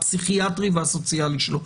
הפסיכיאטרי והסוציאלי שלו,